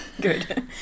Good